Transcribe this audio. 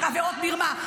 עבירות מרמה,